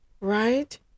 right